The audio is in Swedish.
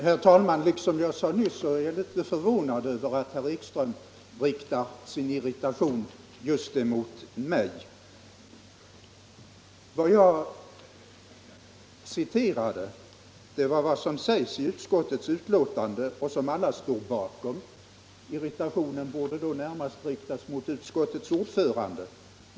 Herr talman! Som jag sade nyss är jag förvånad över att herr Ekström riktar sin irritation just mot mig. Jag citerade vad som sägs i utskottets betänkande i avsnitt som alla står bakom. Irritationen borde därför närmast riktas mot utskottets ordförande.